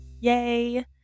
yay